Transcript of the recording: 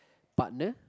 partner